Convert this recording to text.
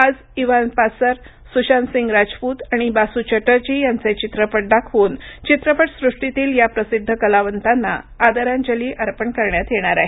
आज इव्हान पासर सुशांतसिंगराजपूतआणिबासू चटर्जी यांचे चित्रपट दाखवूनचित्रपटसृष्टीतील या प्रसिद्ध कलावंतांना आदरांजली अर्पण करण्यात येणार आहे